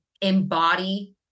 embody